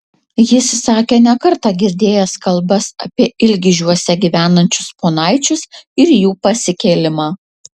jis sakė ne kartą girdėjęs kalbas apie ilgižiuose gyvenančius ponaičius ir jų pasikėlimą